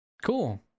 cool